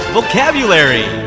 Vocabulary